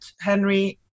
Henry